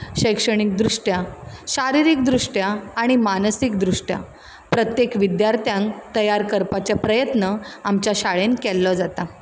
शैक्षिणीक दृश्ट्या शारिरीक दृश्ट्या आनी मानसीक दृश्ट्या प्रत्येक विद्यार्थ्यांक तयार करपाचे प्रयत्न आमच्या शाळेंत केल्लो जाता